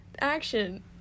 action